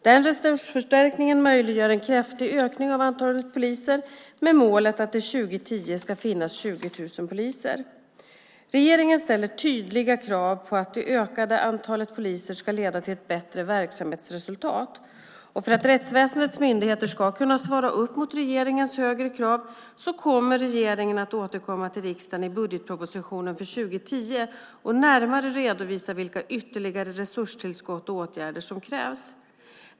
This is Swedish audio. Den resursförstärkningen möjliggör en kraftig ökning av antalet poliser med målet att det 2010 ska finnas 20 000 poliser. Regeringen ställer tydliga krav på att det ökade antalet poliser ska leda till ett bättre verksamhetsresultat. För att rättsväsendets myndigheter ska kunna svara upp mot regeringens högre krav kommer regeringen att återkomma till riksdagen i budgetpropositionen för 2010 och närmare redovisa vilka ytterligare resurstillskott och åtgärder som krävs.